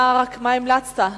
מה המלצת?